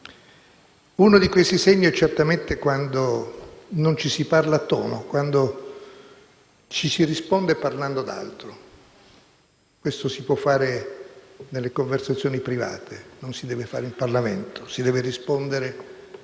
Uno di questi segni è certamente quando non si parla a tono, quando si risponde parlando di altro. Questo lo si può fare nelle conversazioni private, non si deve fare in Parlamento, dove si deve rispondere